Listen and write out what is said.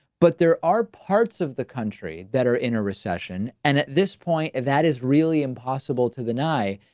but there are parts of the country that are in a recession and at this point that is really impossible to deny.